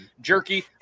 jerky